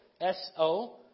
S-O